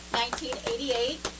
1988